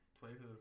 Places